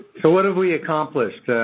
so, what have we accomplished?